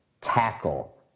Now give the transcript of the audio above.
tackle